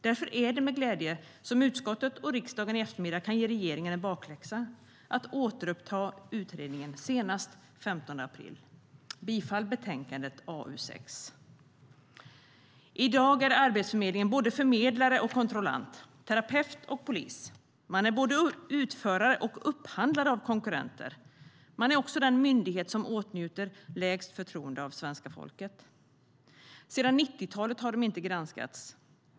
Därför är det med glädje som utskottet och riksdagen i eftermiddag kan ge regeringen en bakläxa: att återuppta utredningen senast den 15 april. Jag yrkar bifall till förslaget i betänkande AU6.I dag är Arbetsförmedlingen både förmedlare och kontrollant - terapeut och polis. De är både utförare och upphandlare av konkurrenter. De är också den myndighet som åtnjuter lägst förtroende hos svenska folket. Sedan 90-talet har de inte granskats.